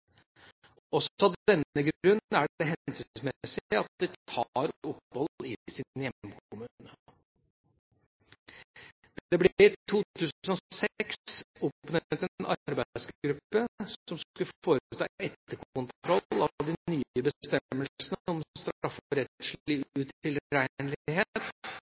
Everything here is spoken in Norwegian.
Også av denne grunn er det hensiktsmessig at de tar opphold i sin hjemkommune. Det ble i 2006 oppnevnt en arbeidsgruppe som skulle foreta etterkontroll av de nye